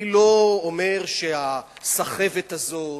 אני לא אומר שהסחבת הזאת